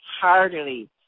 heartily